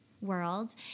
world